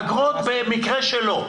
אגרות במקרה שלו.